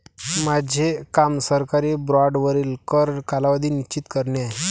माझे काम सरकारी बाँडवरील कर कालावधी निश्चित करणे आहे